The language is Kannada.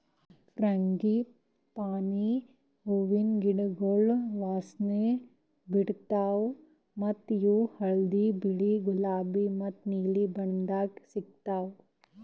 ಫ್ರಾಂಗಿಪಾನಿ ಹೂವಿನ ಗಿಡಗೊಳ್ ವಾಸನೆ ಬಿಡ್ತಾವ್ ಮತ್ತ ಇವು ಹಳದಿ, ಬಿಳಿ, ಗುಲಾಬಿ ಮತ್ತ ನೀಲಿ ಬಣ್ಣದಾಗ್ ಸಿಗತಾವ್